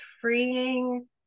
freeing